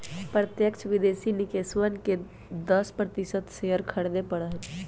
प्रत्यक्ष विदेशी निवेशकवन के दस प्रतिशत शेयर खरीदे पड़ा हई